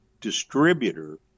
distributor